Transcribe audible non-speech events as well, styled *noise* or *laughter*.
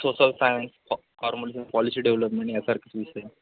social science *unintelligible* policy development यासारखे विषय